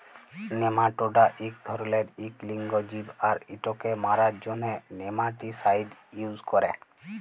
nematoda ইক ধরলের ইক লিঙ্গ জীব আর ইটকে মারার জ্যনহে নেমাটিসাইড ইউজ ক্যরে